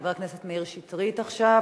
חבר הכנסת מאיר שטרית עכשיו,